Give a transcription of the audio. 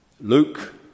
Luke